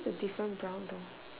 different brown door